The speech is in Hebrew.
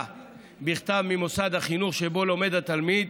בכתב ממוסד החינוך שבו לומד התלמיד,